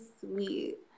sweet